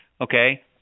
okay